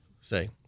say